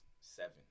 seven